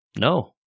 No